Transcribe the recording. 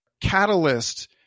catalyst